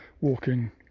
walking